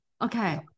Okay